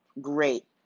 great